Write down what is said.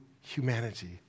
humanity